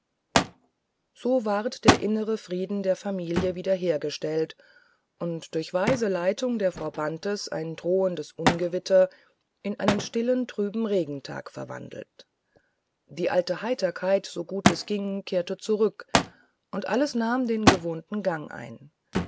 so ward der innere friede der familie wiederhergestellt und durch weise leitung der frau bantes ein drohendes ungewitter in einen stillen trüben regentag verwandelt die alte heiterkeit so gut es ging kehrte zurück und alles nahm den gewohnten gang ein